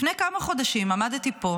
לפני כמה חודשים עמדתי פה,